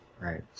Right